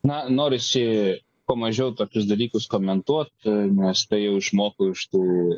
na norisi kuo mažiau tokius dalykus komentuot nes tai jau išmokau iš tų